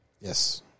Yes